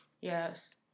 Yes